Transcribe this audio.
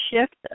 shift